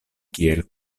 kiel